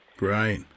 Right